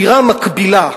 דירה מקבילה,